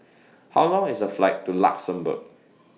How Long IS The Flight to Luxembourg